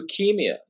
leukemia